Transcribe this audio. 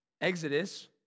Exodus